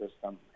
system